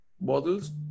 bottles